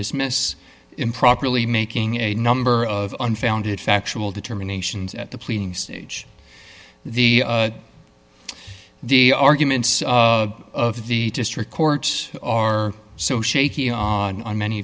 dismiss improperly making a number of unfounded factual determinations at the pleading stage the the arguments of the district court are so shaky on many